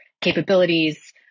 capabilities